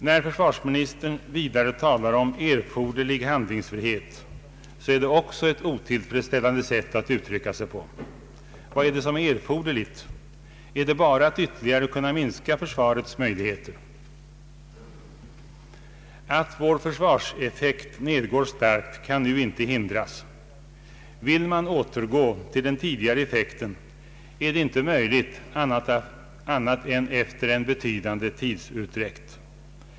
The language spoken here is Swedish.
När försvarsministern vidare talar om erforderlig handlingsfrihet, så är det också ett otillfredsställande sätt att uttrycka sig på. Vad är det som är erforderligt? Är det bara att ytterligare kunna minska försvarets möjligheter? Att vår försvarseffekt nedgår starkt kan nu inte hindras. Vill man återgå till den tidigare effekten är detta inte möjligt annat än efter en betydande tidsutdräkt.